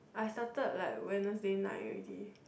I started like Wednesday night already